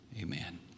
amen